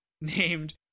named